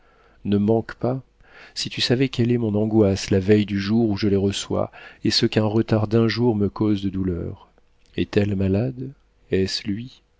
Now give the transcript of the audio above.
ne manque pas si tu savais quelle est mon angoisse la veille du jour où je les reçois et ce qu'un retard d'un jour me cause de douleur est-elle malade est-ce lui